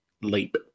Leap